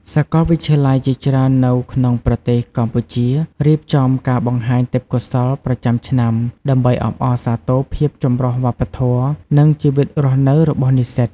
សាកលវិទ្យាល័យជាច្រើននៅក្នុងប្រទេសកម្ពុជា រៀបចំការបង្ហាញទេពកោសល្យប្រចាំឆ្នាំ ដើម្បីអបអរសាទរភាពចម្រុះវប្បធម៌ និងជីវិតរស់នៅរបស់និស្សិត។